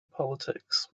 politics